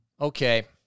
Okay